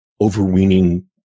overweening